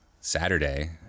Saturday